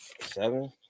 Seven